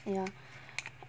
ya